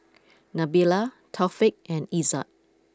Nabila Taufik and Izzat